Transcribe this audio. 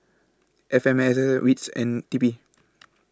F M S S WITS and T P